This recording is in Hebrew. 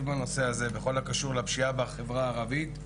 בנושא הזה בכל הקשור לפשיעה בחברה הערבית,